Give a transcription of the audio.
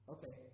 Okay